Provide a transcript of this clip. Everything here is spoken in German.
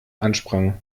ansprangen